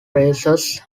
praises